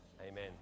amen